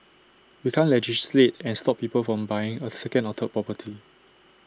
we can't legislate and stop people from buying A second or third property